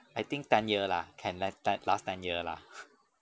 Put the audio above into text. I think ten year lah can la~ te~ last last ten year lah